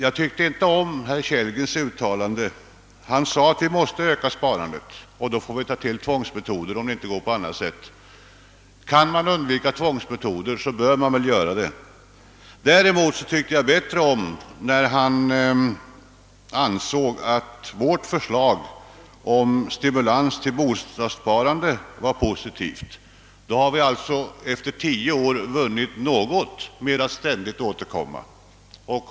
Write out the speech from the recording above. Jag tyckte inte om herr Kellgrens uttalande att vi måste öka sparandet med tvångsmetoder, om det inte går på annat sätt. Kan man undvika tvångsmetoder, bör man väl göra det. Däremot tycker jag bättre om hans uppfattning att vårt förslag om stimulans till bostadssparande är någonting positivt. Då har vi alltså efter tio år vunnit något med att ständigt återkomma.